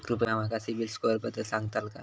कृपया माका सिबिल स्कोअरबद्दल सांगताल का?